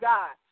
God